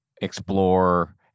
explore